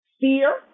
fear